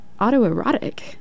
autoerotic